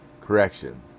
correction